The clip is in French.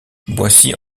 boissy